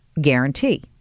guarantee